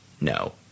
No